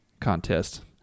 Contest